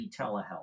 telehealth